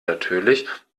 natürlich